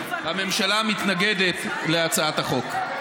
הממשלה מתנגדת להצעת החוק.